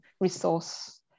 resource